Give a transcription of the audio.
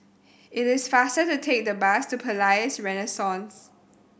it is faster to take the bus to Palais Renaissance